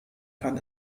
kann